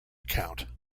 account